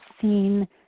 seen